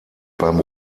beim